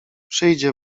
przyjdzie